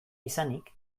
izanik